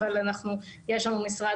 אבל יש לנו משרד.